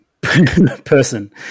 person